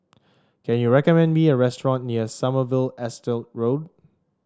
can you recommend me a restaurant near Sommerville Estate Road